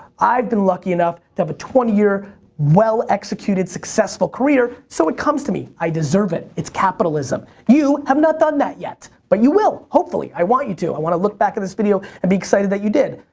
i've been lucky enough to have a twenty year well-executed successful career, so it comes to me, i deserve it. it's capitalism. you have not done that yet, but you will, hopefully. i want you to. i want to look back at this video and be excited that you did.